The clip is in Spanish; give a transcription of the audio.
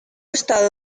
estado